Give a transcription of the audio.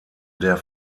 der